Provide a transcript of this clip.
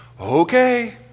Okay